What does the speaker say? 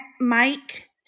Mike